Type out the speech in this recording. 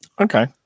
Okay